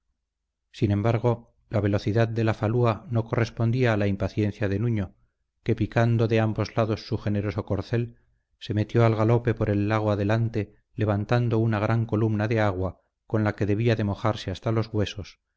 sin embargo la velocidad de la falúa no correspondía a la impaciencia de nuño que picando de ambos lados su generoso corcel se metió al galope por el lago adelante levantando una gran columna de agua con la que debía de mojarse hasta los huesos